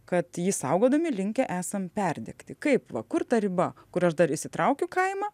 kad jį saugodami linkę esam perdegti kaip va kur ta riba kur aš dar išsitraukiu kaimą